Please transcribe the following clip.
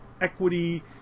Equity